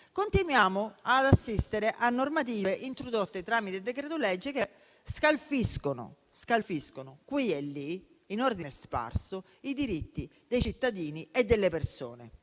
continuiamo ad assistere a normative introdotte tramite decreto-legge che scalfiscono in ordine sparso i diritti dei cittadini e delle persone,